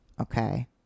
okay